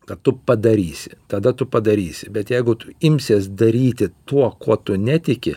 kad tu padarysi tada tu padarysi bet jeigu tu imsies daryti tuo kuo tu netiki